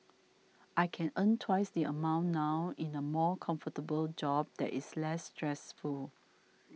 I can earn twice the amount now in a more comfortable job that is less stressful